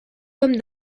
comme